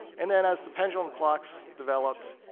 and then as the pendulum clocks developed,